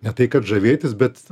ne tai kad žavėtis bet